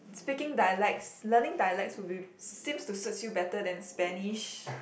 speaking dialects learning dialects would be seems to suits you better than Spanish